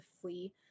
flee